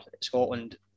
Scotland